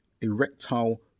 erectile